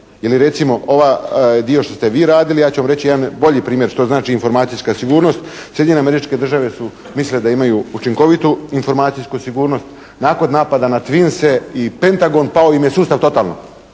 Ili recimo ovaj dio što ste vi radili, ja ću vam reći jedan bolji primjer što znači informacijska sigurnost? Sjedinjene Američke Države su mislile da imaju učinkovitu informacijsku sigurnost. Nakon napada na Twinse i Pentagon pao im je sustav totalno.